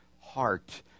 heart